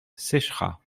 sécheras